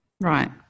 Right